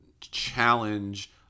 challenge